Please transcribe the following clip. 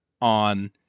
on